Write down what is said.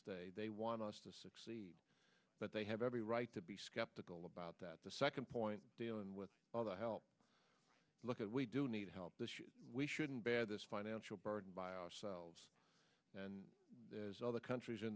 stay they want us to succeed but they have every right to be skeptical about that the second point dealing with all the help look at we do need help we shouldn't bad this financial burden by ourselves and the other countries in